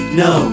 no